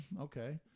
Okay